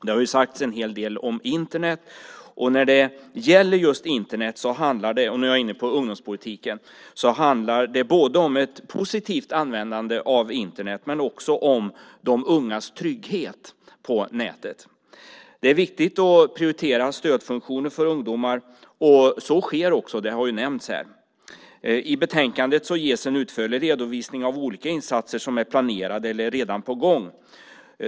Det har sagts en hel del om Internet, och när det gäller just Internet handlar det - nu är jag inne på ungdomspolitiken - både om ett positivt användande av Internet och om de ungas trygghet på nätet. Det är viktigt att prioritera stödfunktioner för ungdomar, och så sker också. Det har nämnts här. I betänkandet ges en utförlig redovisning av olika insatser som är planerade eller redan på gång.